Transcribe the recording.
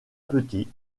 petit